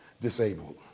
disabled